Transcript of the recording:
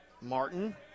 Martin